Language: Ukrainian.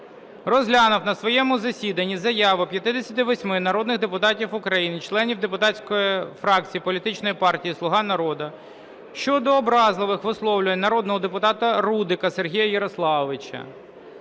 розглянув на своєму засіданні заяву 58 народних депутатів України, членів депутатської фракції Політичної партії "Слуга народу", щодо образливих висловлювань народного депутата Рудика Сергія Ярославовича